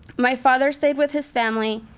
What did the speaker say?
my father stayed with his family.